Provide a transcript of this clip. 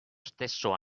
stesso